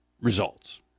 results